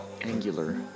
Angular